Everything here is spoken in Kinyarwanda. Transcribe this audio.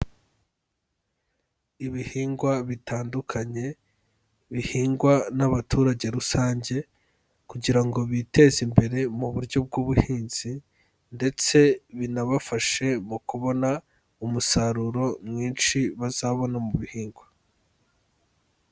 Ibihingwa bitandukanye, bihingwa n'abaturage rusange, kugira ngo biteze imbere, mu buryo bw'ubuhinzi, ndetse binabafashe mu kubona, umusaruro mwinshi bazabona mu bihingwa.